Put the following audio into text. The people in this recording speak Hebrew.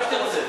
מה שתרצה.